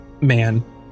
man